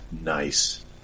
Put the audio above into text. nice